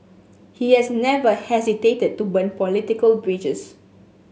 he has never hesitated to burn political bridges